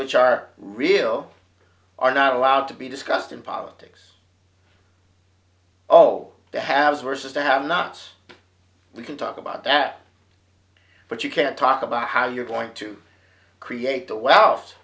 which are real are not allowed to be discussed in politics all the haves versus the have nots we can talk about that but you can't talk about how you're going to create the wealth